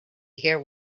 hear